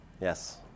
Yes